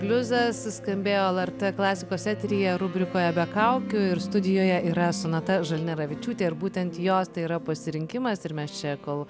bliuzas skambėjo lrt klasikos eteryje rubrikoje be kaukių ir studijoje yra sonata žalneravičiūtė ir būtent jos tai yra pasirinkimas ir mes čia kol